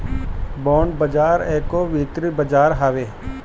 bond बाजार एगो वित्तीय बाजार हवे